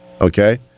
okay